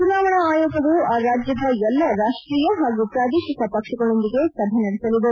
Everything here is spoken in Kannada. ಚುನಾವಣಾ ಆಯೋಗವು ಆ ರಾಜ್ಯದ ಎಲ್ಲಾ ರಾಷ್ಟೀಯ ಹಾಗೂ ಪ್ರಾದೇಶಿಕ ಪಕ್ಷಗಳೊಂದಿಗೆ ಸಭೆ ನಡೆಸಲಿದೆ